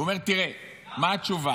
הוא אומר: תראה, מה התשובה?